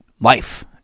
life